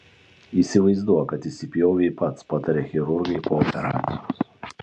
įsivaizduok kad įsipjovei pats pataria chirurgai po operacijos